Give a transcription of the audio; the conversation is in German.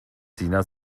sina